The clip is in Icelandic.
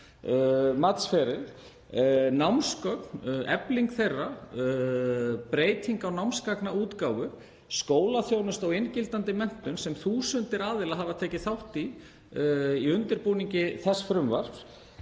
matsferil, námsgögn, eflingu þeirra, breytingu á námsgagnaútgáfu, skólaþjónustu og inngildandi menntun sem þúsundir aðila hafa, í undirbúningi þess frumvarps,